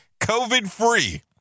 COVID-free